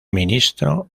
ministro